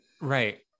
Right